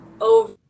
over